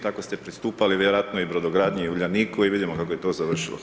Tako ste pristupali vjerojatno i brodogradnji i Uljaniku i vidimo kako je to završilo.